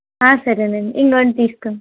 సరేలేండి ఇదిగోండి తీసుకోండి